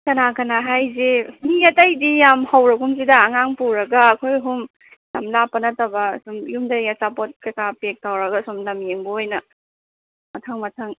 ꯀꯅꯥ ꯀꯅꯥ ꯍꯥꯏꯁꯦ ꯃꯤ ꯑꯇꯩꯗꯤ ꯌꯥꯝ ꯍꯧꯔꯒꯨꯝꯁꯤꯗ ꯑꯉꯥꯡ ꯄꯨꯔꯒ ꯑꯩꯈꯣꯏ ꯑꯍꯨꯝ ꯌꯥꯝ ꯂꯥꯞꯄ ꯅꯠꯇꯕ ꯁꯨꯝ ꯌꯨꯝꯗꯒꯤ ꯑꯆꯥꯄꯣꯠ ꯀꯩ ꯀꯥ ꯄꯦꯛ ꯇꯧꯔꯒ ꯁꯨꯝ ꯂꯝ ꯌꯦꯡꯕ ꯑꯣꯏꯅ ꯃꯊꯪ ꯃꯊꯪ